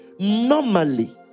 normally